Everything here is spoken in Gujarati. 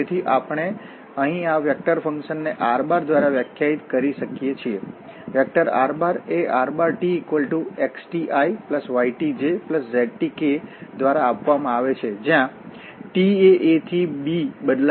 તેથી આપણે અહીં આ વેક્ટરફંકશન ને r દ્વારા વ્યાખ્યાયિત કરી શકીએ છીએ વેક્ટર r એ rtxtiytjztk દ્વારા આપવામાં આવે છે જ્યાં t એ a થી b બદલાય છે